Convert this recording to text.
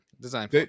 design